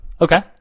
Okay